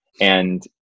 And-